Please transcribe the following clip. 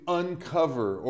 uncover